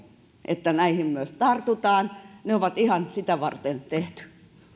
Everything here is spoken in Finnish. että näihin myös tartutaan ne on ihan sitä varten tehty